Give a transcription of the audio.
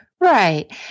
Right